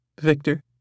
Victor